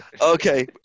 Okay